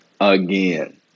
Again